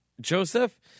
Joseph